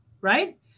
Right